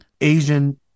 Asian